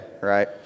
right